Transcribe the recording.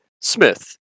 Smith